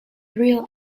real